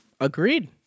Agreed